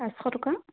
পাঁচশ টকা